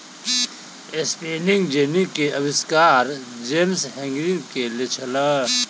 spinning jenny के आविष्कार James Hargreaves केने छला